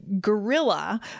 gorilla